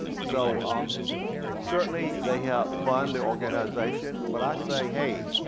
so um certainly, they help fund the organization, but i say hey,